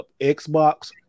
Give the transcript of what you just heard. Xbox